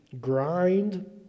grind